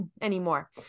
anymore